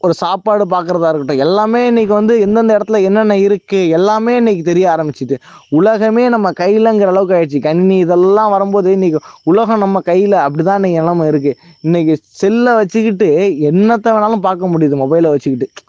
ஒரு சாப்பாடு பார்க்கறதா இருக்கட்டும் எல்லாமே இன்றைக்கி வந்து எந்தெந்த இடத்துல என்னென்ன இருக்குது எல்லாமே இன்றைக்கி தெரிய ஆரம்பிச்சிட்டு உலகமே நம்ம கையிலங்கிற அளவுக்கு ஆயிச்சு கணிணி இதெல்லாம் வரும்போது இன்றைக்கி உலகம் நம்ம கையில் அப்படிதான் இன்றைக்கி நிலமை இருக்குது இன்றைக்கி செல்லை வச்சுக்கிட்டு என்னத்தை வேணாலும் பார்க்க முடியுது மொபைலை வச்சுக்கிட்டு